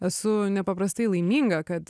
esu nepaprastai laiminga kad